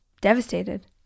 devastated